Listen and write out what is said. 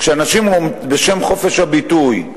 כשאנשים, בשם חופש הביטוי,